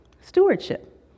stewardship